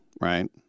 right